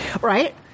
Right